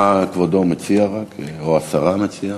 מה כבודו מציע, או השרה מציעה?